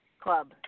club